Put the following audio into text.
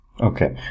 Okay